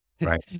Right